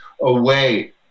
away